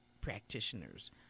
practitioners